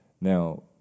Now